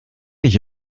ich